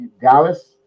Dallas